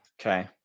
Okay